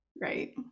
Right